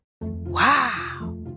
Wow